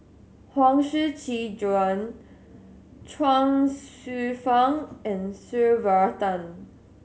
Huang Shiqi Joan Chuang Hsueh Fang and Varathan